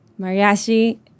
mariachi